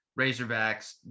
razorbacks